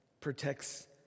protects